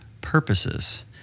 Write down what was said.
purposes